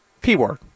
P-word